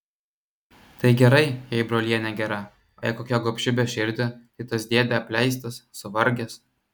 tai gerai jei brolienė gera o jei kokia gobši beširdė tai tas dėdė apleistas suvargęs